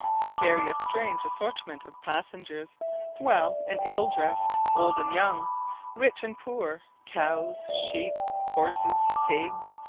they carry a strange assortment of passengers well and ill-dressed old and young rich and poor cows, sheep, horses, pigs,